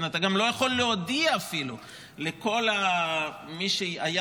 אתה גם לא יכול להודיע אפילו לכל מי שהיה